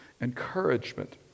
encouragement